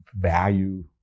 value